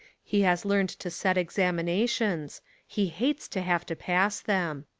he has learned to set examinations he hates to have to pass them.